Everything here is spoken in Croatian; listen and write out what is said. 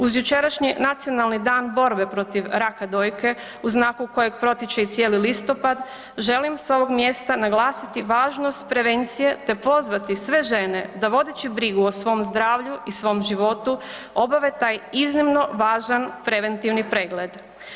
Uz jučerašnji Nacionalni dan borbe protiv raka dojke u znaku kojeg protječe i cijeli listopad želim s ovog mjesta naglasiti važnost prevencije, te pozvati sve žene da vodeći brigu o svom zdravlju i svom životu obave taj iznimno važan preventivni pregled.